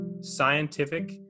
scientific